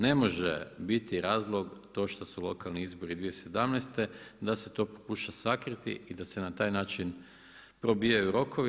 Ne može biti razlog to šta su lokalni izbori 2017. da se to pokuša sakriti i da se na taj način probijaju rokovi.